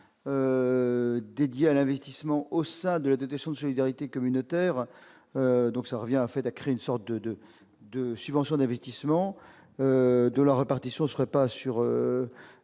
dédiée à l'investissement au sein de la dotation de solidarité communautaire revient à créer une sorte de subvention d'investissement dont la répartition ne se ferait pas